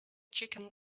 chicken